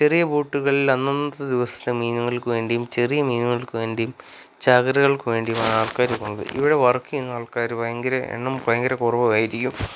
ചെറിയ ബോട്ടുകളിൽ അന്നന്നത്തെ ദിവസത്തെ മീനുകൾക്ക് വേണ്ടിയും ചെറിയ മീനുകൾക്ക് വേണ്ടിയും ചാകരകൾക്ക് വേണ്ടിയുമാണ് ആൾക്കാര് പോകുന്നത് ഇവിടെ വർക്ക് ചെയ്യുന്ന ആൾക്കാര് എണ്ണം ഭയങ്കരം കുറവുമായിരിക്കും